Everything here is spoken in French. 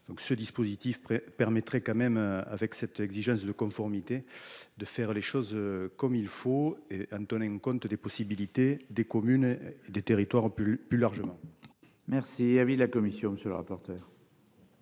ce dispositif permettrait quand même avec cette exigence de conformité de faire les choses comme il faut. Antonin compte des possibilités des communes. Des territoires plus plus largement. Merci avis la commission monsieur le rapporteur.